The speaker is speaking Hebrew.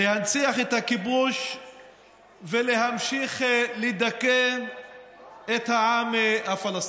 להנציח את הכיבוש ולהמשיך לדכא את העם הפלסטיני.